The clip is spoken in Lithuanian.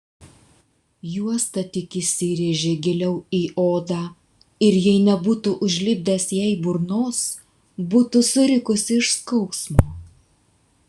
juosta tik įsirėžė giliau į odą ir jei nebūtų užlipdęs jai burnos būtų surikusi iš skausmo